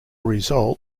result